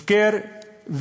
הפקר,